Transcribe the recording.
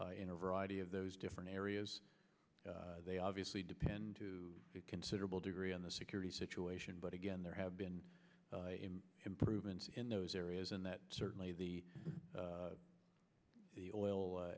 in a variety of those different areas they obviously depend to a considerable degree on the security situation but again there have been improvements in those areas and that certainly the the oil